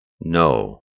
no